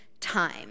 time